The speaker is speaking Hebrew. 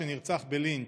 שנרצח בלינץ'